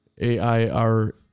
A-I-R